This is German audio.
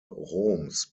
roms